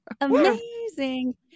Amazing